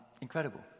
incredible